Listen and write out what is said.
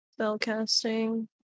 spellcasting